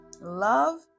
love